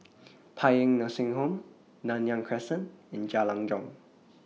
Paean Nursing Home Nanyang Crescent and Jalan Jong